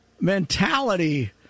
mentality